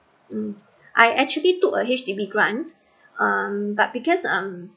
um I actually took a H_D_B grant um but because um